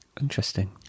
interesting